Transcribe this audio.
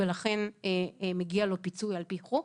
ולכן מגיע לו פיצוי על פי חוק.